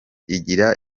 igira